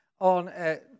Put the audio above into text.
on